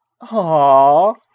aww